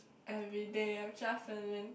everyday I'm shuffling